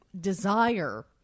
desire